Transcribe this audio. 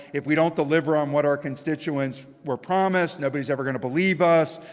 if we don't deliver on what our constituents were promised, nobody's ever going to believe us.